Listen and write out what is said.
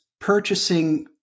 purchasing